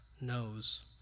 knows